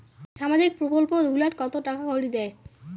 সামাজিক প্রকল্প গুলাট কত টাকা করি দেয়?